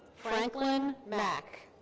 franklin mak.